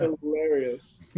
hilarious